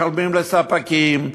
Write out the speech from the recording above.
משלמים לספקים,